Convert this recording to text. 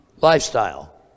lifestyle